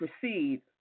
proceed